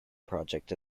project